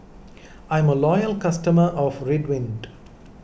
I'm a loyal customer of Ridwind